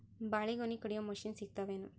ಬಾಳಿಗೊನಿ ಕಡಿಯು ಮಷಿನ್ ಸಿಗತವೇನು?